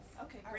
Okay